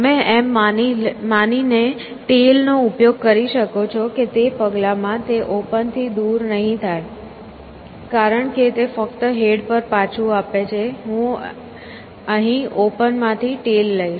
તમે એમ માનીને ટેઈલ નો ઉપયોગ કરી શકો છો કે તે પગલામાં તે ઓપન થી દૂર નહીં થાય કારણ કે તે ફક્ત હેડ પાછું આપે છે અહીં હું ઓપન માંથી ટેઈલ લઈશ